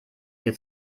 mir